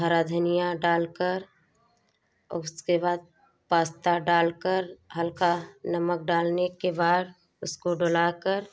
हरा धनिया डालकर और उसके बाद पास्ता डालकर हल्का नमक डालने के बाद उसको डोला कर